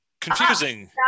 confusing